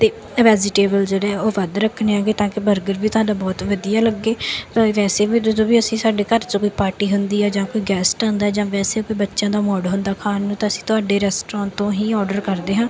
ਅਤੇ ਵੈਜੀਟੇਬਲ ਜਿਹੜੇ ਉਹ ਵੱਧ ਰੱਖਣੇ ਹੈਗੇ ਤਾਂ ਕਿ ਬਰਗਰ ਵੀ ਤੁਹਾਡਾ ਬਹੁਤ ਵਧੀਆ ਲੱਗੇ ਤਾਂ ਵੈਸੇ ਵੀ ਜਦੋਂ ਵੀ ਅਸੀਂ ਸਾਡੇ ਘਰ 'ਚ ਕੋਈ ਪਾਰਟੀ ਹੁੰਦੀ ਆ ਜਾਂ ਕੋਈ ਗੈਸਟ ਆਉਂਦਾ ਜਾਂ ਵੈਸੇ ਕੋਈ ਬੱਚਿਆਂ ਦਾ ਮੋਡ ਹੁੰਦਾ ਖਾਣ ਨੂੰ ਤਾਂ ਅਸੀਂ ਤੁਹਾਡੇ ਰੈਸਟੋਰੈਂਟ ਤੋਂ ਹੀ ਆਰਡਰ ਕਰਦੇ ਹਾਂ